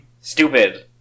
stupid